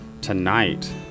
tonight